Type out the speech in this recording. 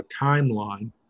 timeline